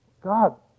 God